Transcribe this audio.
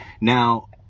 Now